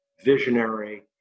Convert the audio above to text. visionary